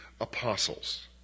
apostles